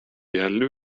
yerli